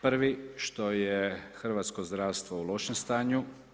Prvi, što je hrvatsko zdravstvo u lošem stanju.